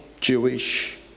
Jewish